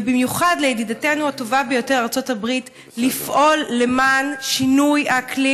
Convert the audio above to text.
ובמיוחד לידידתנו הטובה ביותר ארצות הברית לפעול למען שינוי האקלים,